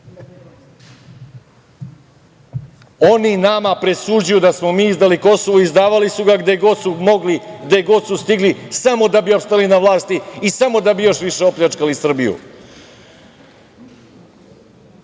Oni nama presuđuju da smo mi izdali Kosovo. Izdavali su ga gde god su mogli, gde god su stigli, samo da bi opstali na vlasti i samo da bi još više opljačkali